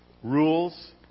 Rules